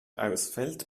ausfällt